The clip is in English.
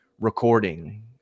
recording